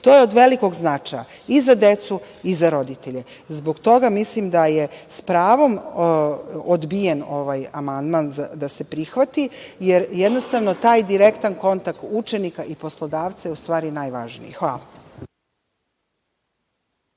To je od velikog značaja i za decu i za roditelje. Zbog toga mislim da je s pravom odbijen ovaj amandman da se prihvati, jer jednostavno taj direktan kontakt učenika i poslodavca je u stvari najvažniji. Hvala.